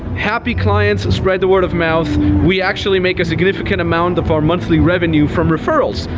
happy clients spread the word of mouth. we actually make a significant amount of our monthly revenue from referrals,